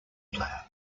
player